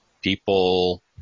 people